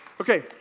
Okay